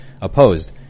opposed